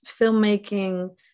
filmmaking